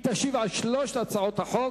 היא תשיב על שלוש הצעות החוק.